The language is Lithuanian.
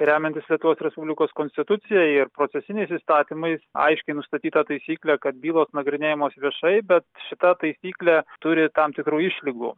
remiantis lietuvos respublikos konstitucija ir procesiniais įstatymais aiškiai nustatyta taisyklė kad bylos nagrinėjamos viešai bet šita taisyklė turi tam tikrų išlygų